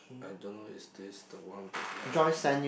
I don't know is this the one that they are actually